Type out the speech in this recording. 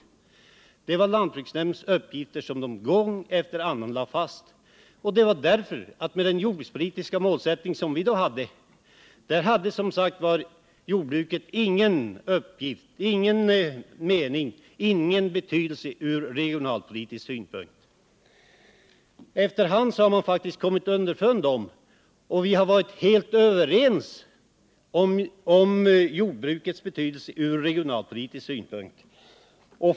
Det varlantbruksnämndens uppgifter, som den gång efter annan lade fast. Och anledningen var den jordbrukspolitiska målsättning som vi då hade, där jordbruket som sagt inte hade någon uppgift eller betydelse ur regionalpolitisk synpunkt. Efter hand har man faktiskt kommit underfund med jordbrukets betydelse från regionalpolitisk synpunkt — och vi har varit helt överens om den.